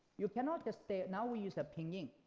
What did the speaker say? you cannot just stay, now we use a pinyin,